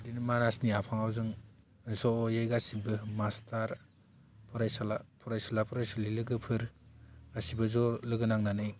बिदिनो मानासनि आफाङाव जों ज'यै गासैबो मास्टार फरायसुला फरायसुलि लोगोफोर गासैबो ज' लोगो नांनानै